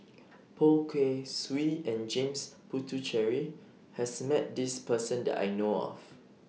Poh Kay Swee and James Puthucheary has Met This Person that I know of